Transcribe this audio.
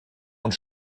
und